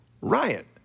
riot